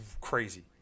crazy